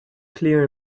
clear